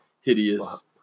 hideous